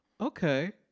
okay